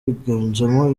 byiganjemo